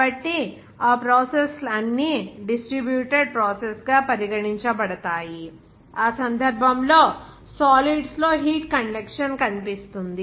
కాబట్టి ఆ ప్రాసెస్ లు అన్నీ డిస్ట్రిబ్యూటెడ్ ప్రాసెస్ గా పరిగణించబడతాయి ఆ సందర్భంలో సాలీడ్స్ లో హీట్ కండెక్షన్ కనిపిస్తుంది